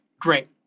Great